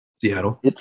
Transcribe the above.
Seattle